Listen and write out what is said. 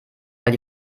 weil